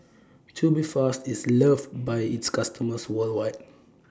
Tubifast IS loved By its customers worldwide